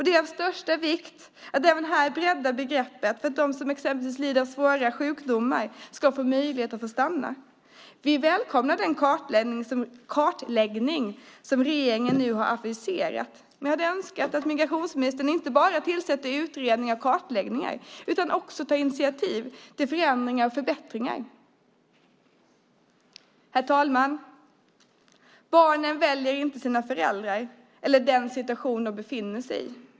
Det är av största vikt att här bredda begreppet för att de som exempelvis lider av svåra sjukdomar ska få möjlighet att stanna. Vi välkomnar den kartläggning som regeringen nu har aviserat men hade önskat att migrationsministern inte bara tillsätter utredningar utan också tar initiativ till förändringar och förbättringar. Herr talman! Barn väljer inte sina föräldrar eller den situation de befinner sig i.